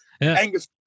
Angus